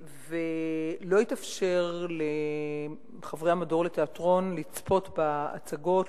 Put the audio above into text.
ולא התאפשר לחברי המדור לתיאטרון לצפות בהצגות,